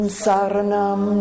sarnam